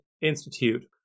Institute